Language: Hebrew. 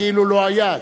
כאילו לא היה.